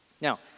Now